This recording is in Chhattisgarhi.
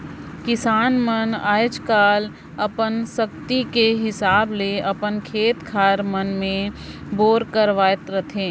किसान मन आएज काएल अपन सकती कर हिसाब ले अपन खेत खाएर मन मे बोर करवात अहे